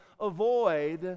avoid